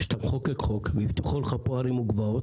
לחוקק חוק שמבטיחים לך לגביו הרים וגבעות,